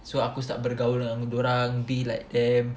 so aku start bergaul dengan dorang be like them